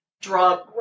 drug